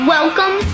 Welcome